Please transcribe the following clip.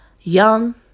Young